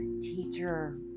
teacher